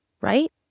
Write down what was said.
Right